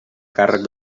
càrrec